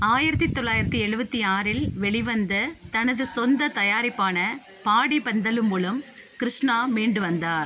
ஆயிரத்தி தொள்ளாயிரத்தி எழுவத்தி ஆறில் வெளிவந்த தனது சொந்த தயாரிப்பான பாடி பந்தலு மூலம் கிருஷ்ணா மீண்டு வந்தார்